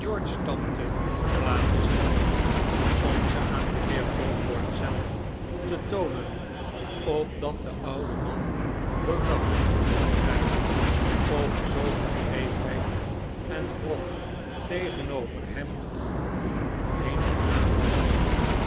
tante te laten zien om ze aan den heer osborne zelf te toonen opdat de oude man berouw mocht krijgen over zooveel wreedheid en wrok tegenover hem die heengegaan was